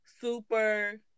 super